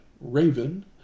Raven